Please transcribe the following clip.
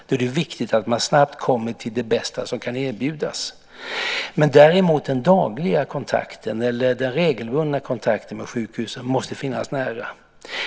Då är det viktigt att man snabbt kommer till det bästa som kan erbjudas. Däremot för den dagliga eller regelbundna kontakten måste sjukhuset finnas nära.